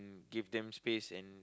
give them space and